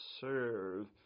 serve